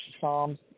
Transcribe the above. Psalms